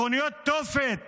מכוניות תופת